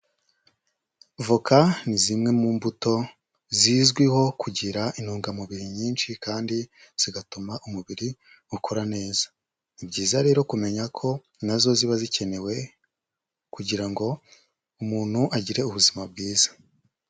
Voka ni zimwe mu mbuto zizwiho kugira intungamubiri nyinshi kandi zigatuma umubiri ukora neza, ni byiza rero kumenya ko nazo ziba zikenewe kugira ngo umuntu agire ubuzima bwiza.